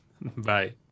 Bye